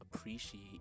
Appreciate